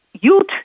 youth